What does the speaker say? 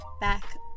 back